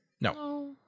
No